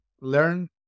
Learn